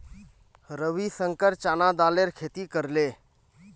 रविशंकर चना दालेर खेती करले